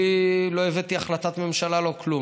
לא הבאתי החלטת ממשלה, לא כלום.